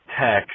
text